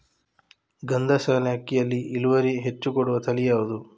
ಗಂಧಸಾಲೆ ಅಕ್ಕಿಯಲ್ಲಿ ಇಳುವರಿ ಹೆಚ್ಚು ಕೊಡುವ ತಳಿ ಯಾವುದು?